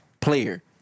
player